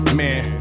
man